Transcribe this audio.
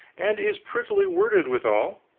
and is prettily worded withal.